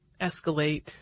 escalate